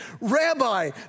Rabbi